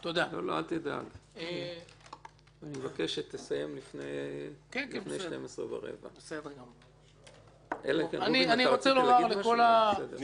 אני מבקש שתסיים לפני 12:15. תודה.